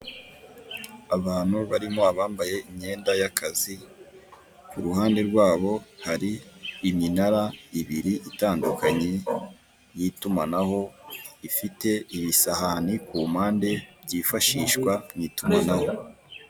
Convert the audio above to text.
Abantu barimo abambaye imyenda y'akazi, ku ruhande rwabo hari iminara ibiri itandukanye y'itumanaho. Ifite ibisahane ku mpande byifashishwa mw'itumanaho.